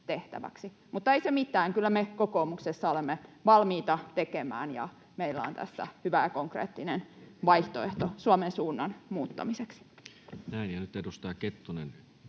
Mutta ei se mitään, kyllä me kokoomuksessa olemme valmiita tekemään, ja meillä on tässä hyvä ja konkreettinen vaihtoehto Suomen suunnan muuttamiseksi.